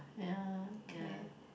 ya okay